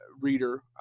reader